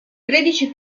tredici